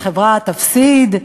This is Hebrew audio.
שהחברה תפסיד?